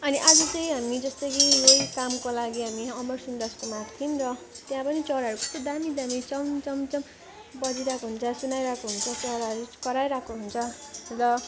अनि आज चाहिँ हामी जस्तो कि यही कामको लागि हामी अमर सुन्दासकोमा आएको थियौँ र त्यहाँ पनि चराहरू कस्तो दामी दामी चम्चम्चम् बजिरहेको हुन्छ सुनाइरहेको हुन्छ चराहरू कराइरहेको हुन्छ र